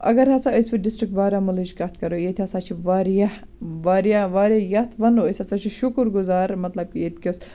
اَگَر ہَسا أسۍ وۅنۍ ڈِسٹرک بارامُلاہٕچ کتھ کَرَو ییٚتہِ ہَسا چھِ واریاہ واریاہ واریاہ یتھ وَنو أسۍ ہَسا چھِ شُکُر گُزار مَطلَب کہِ ییٚتہِ کِس